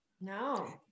no